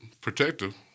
Protective